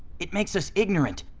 it makes us ignorant,